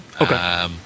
Okay